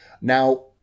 Now